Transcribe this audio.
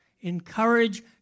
Encourage